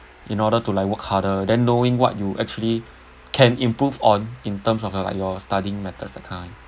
in order to like work harder then knowing what you actually can improve on in terms of your like your studying methods that kind